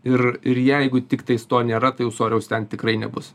ir ir jeigu tiktais to nėra tai ūsoriaus ten tikrai nebus